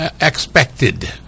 expected